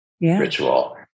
ritual